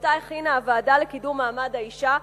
שאותה הכינה הוועדה לקידום מעמד האשה,